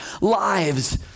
lives